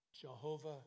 Jehovah